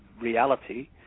reality